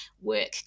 work